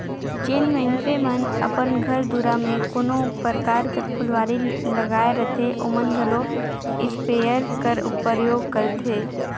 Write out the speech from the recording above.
जेन मइनसे मन अपन घर दुरा में कोनो परकार कर फुलवारी लगाए रहथें ओमन घलो इस्पेयर कर परयोग करथे